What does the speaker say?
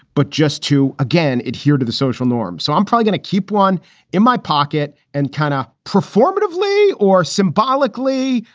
but just to again, adhere to the social norm. so i'm going to keep one in my pocket and kind of performative lee or symbolically,